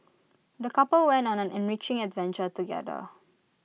the couple went on an enriching adventure together